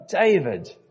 David